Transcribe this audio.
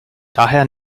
daher